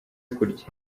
kurya